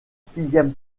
sixième